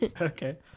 Okay